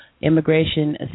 immigration